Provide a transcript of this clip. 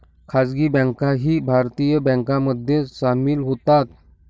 खासगी बँकाही भारतीय बँकांमध्ये सामील होतात